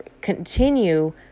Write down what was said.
continue